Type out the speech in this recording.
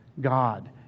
God